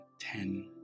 ten